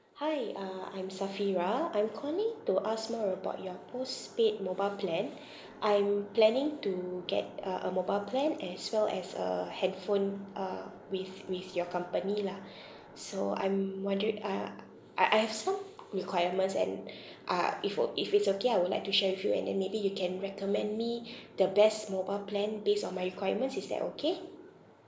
hi uh I'm safirah I'm calling to ask more about your postpaid mobile plan I'm planning to get uh a mobile plan as well as a handphone uh with with your company lah so I'm wonderi~ uh I I have some requirements and uh if oo if it's okay I would like to share with you and then maybe you can recommend me the best mobile plan based on my requirements is that okay